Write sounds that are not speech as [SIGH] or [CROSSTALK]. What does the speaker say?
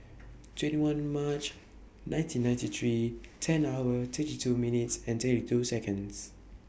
[NOISE] twenty one March nineteen ninety three ten hours thirty two minutes and thirty two Seconds